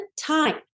time